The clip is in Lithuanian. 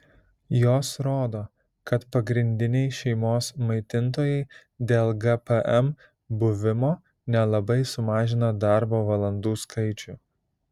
jos rodo kad pagrindiniai šeimos maitintojai dėl gpm buvimo nelabai sumažina darbo valandų skaičių